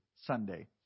Sunday